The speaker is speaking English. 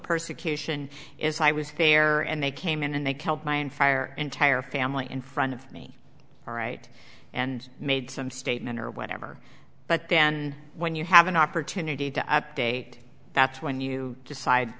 persecution is i was fair and they came in and they killed my and fire entire family in front of me all right and made some statement or whatever but then when you have an opportunity to update that's when you decide